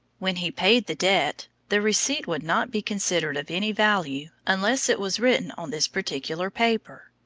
when he paid the debt, the receipt would not be considered of any value unless it was written on this particular paper.